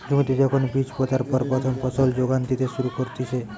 জমিতে যখন বীজ পোতার পর প্রথম ফসল যোগান দিতে শুরু করতিছে